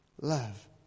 love